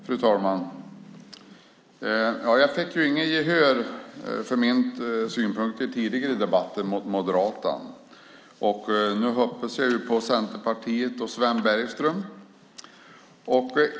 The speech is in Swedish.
Fru talman! Jag fick inget gehör för min synpunkt tidigare i debatten med moderaten. Nu hoppas jag på Centerpartiet och Sven Bergström.